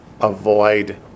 avoid